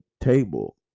table